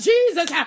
Jesus